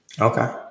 Okay